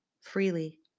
freely